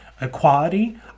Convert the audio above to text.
equality